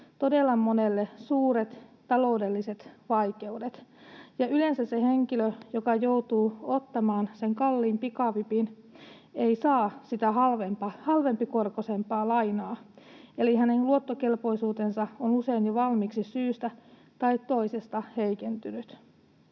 todella monelle suuret taloudelliset vaikeudet, ja yleensä se henkilö, joka joutuu ottamaan sen kalliin pikavipin, ei saa sitä halvempikorkoisempaa lainaa, eli hänen luottokelpoisuutensa on usein jo valmiiksi syystä tai toisesta heikentynyt.